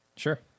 Sure